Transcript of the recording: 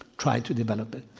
try to develop it.